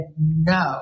no